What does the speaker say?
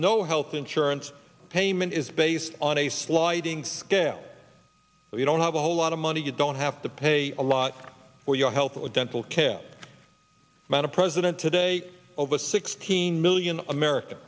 no health insurance payment is based on a sliding scale so you don't have a whole lot of money you don't have to pay a lot for your health or dental care about a president today of a sixteen million american